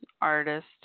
artist